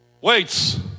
weights